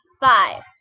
Five